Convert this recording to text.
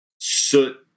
soot